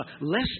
less